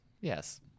Yes